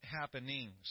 happenings